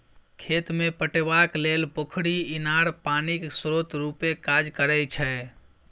खेत केँ पटेबाक लेल पोखरि, इनार पानिक स्रोत रुपे काज करै छै